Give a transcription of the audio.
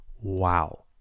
Wow